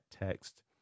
text